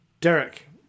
Derek